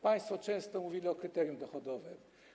Państwo często mówili o kryterium dochodowym.